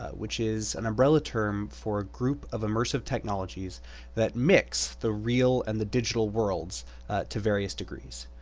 ah which is an umbrella term for a group of immersive technologies that mix the real and the digital worlds to various degrees.